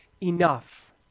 enough